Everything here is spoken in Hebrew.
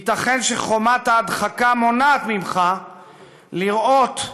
ייתכן שחומת ההדחקה מונעת ממך לראות,